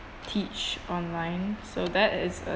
teach online so that is a